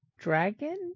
dragon